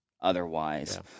otherwise